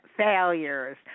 failures